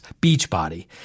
Beachbody